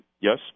Yes